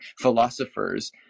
philosophers